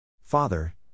Father